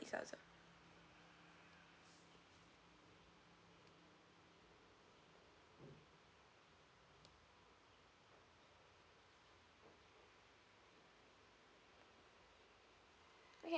inside also okay